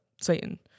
Satan